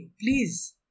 please